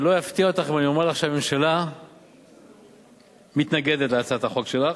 אני לא אפתיע אותך אם אני אומר לך שהממשלה מתנגדת להצעת החוק שלך,